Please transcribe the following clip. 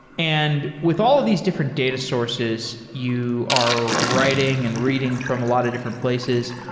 and with all of these different data sources you are writing and reading from a lot of different places,